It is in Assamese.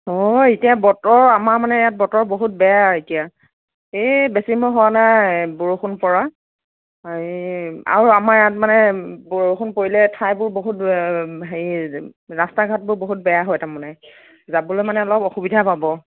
অ এতিয়া বতৰ আমাৰ মানে ইয়াত বতৰ বহুত বেয়া এতিয়া এই বেছি সময় হোৱা নাই বৰষুণ পৰা এ আৰু আমাৰ ইয়াত মানে বৰষুণ পৰিলে ঠাইবোৰ বহুত হেৰি ৰাষ্টা ঘাটবোৰ বহুত বেয়া হয় তাৰমানে যাবলৈ মানে অলপ অসুবিধা পাব